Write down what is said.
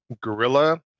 Guerrilla